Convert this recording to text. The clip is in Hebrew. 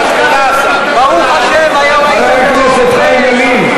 חבר הכנסת חיים ילין,